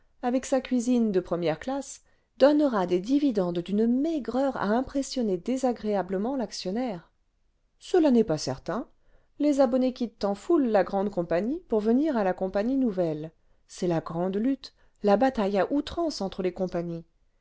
avec sa cuisine de première classe donnera des dividendes d'une maigreur à impressionner désagréablement l'actionnaire cela n'est pas certain les abonnés quittent en foule la grande compagnie pour venir à la compagnie nouvelle c'est la grande lutte la bataille à outrance entre les compagnies